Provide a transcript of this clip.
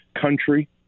country